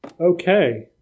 Okay